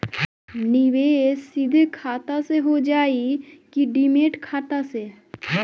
निवेश सीधे खाता से होजाई कि डिमेट खाता से?